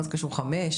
מה זה קשור 5%?